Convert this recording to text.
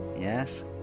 Yes